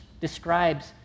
describes